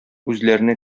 үзләренә